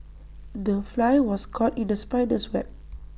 the fly was caught in the spider's web